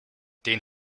den